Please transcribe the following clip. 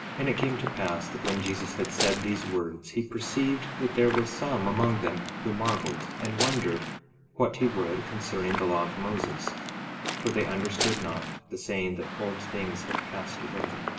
and it came to pass that when jesus had said these words he perceived that there were some among them who marveled, and wondered what he would concerning the law of moses for they understood not the saying that old things had passed away,